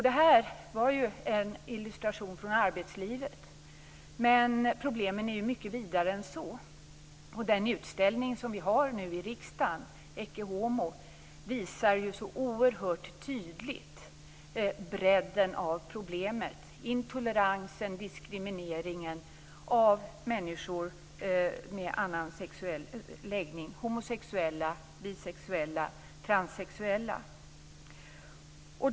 Det här var en illustration från arbetslivet. Men problemen är mycket vidare än så. Den utställning som vi nu har i riksdagen, Ecce Homo, visar så oerhört tydligt bredden av problemet, intoleransen, diskrimineringen av människor med annan sexuell läggning, homosexuella, bisexuella, transsexuella.